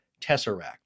tesseract